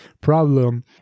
problem